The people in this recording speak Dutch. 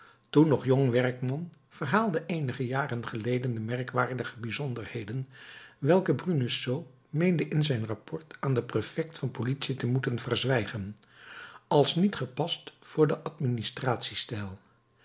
toen nog jong werkman verhaalde eenige jaren geleden de merkwaardige bijzonderheden welke bruneseau meende in zijn rapport aan den prefect van politie te moeten verzwijgen als niet gepast voor den